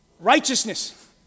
righteousness